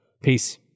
Peace